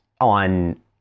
on